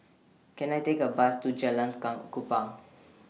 Can I Take A Bus to Jalan Kupang